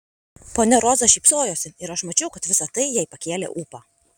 ponia roza šypsojosi ir aš mačiau kad visa tai jai pakėlė ūpą